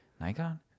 Nikon